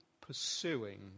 pursuing